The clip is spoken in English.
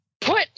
Put